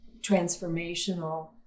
transformational